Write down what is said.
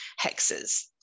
hexes